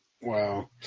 Wow